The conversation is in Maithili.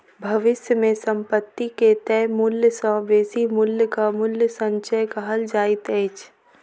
भविष्य मे संपत्ति के तय मूल्य सॅ बेसी मूल्यक मूल्य संचय कहल जाइत अछि